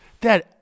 dad